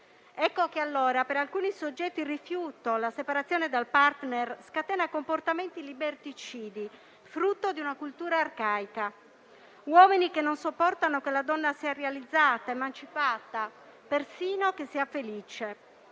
Ecco che allora per alcuni soggetti il rifiuto, la separazione dal *partner* scatena comportamenti liberticidi, frutto di una cultura arcaica di uomini che non sopportano che la donna sia realizzata ed emancipata, persino che sia felice.